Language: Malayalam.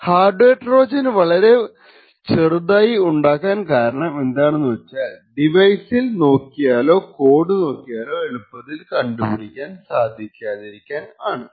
ഹാർഡ് വെയർ ട്രോജൻ വളരെ ചെറുതായി ഉണ്ടാക്കാൻ കാരണം എന്താണെന്നു വച്ചാൽ ഡിവൈസിൽ നോക്കിയാലോ കോഡ് നോക്കിയാലോ എളുപ്പത്തിൽ കണ്ടുപിടിക്കാൻ സാധിക്കാതിരിക്കാൻ ആണ്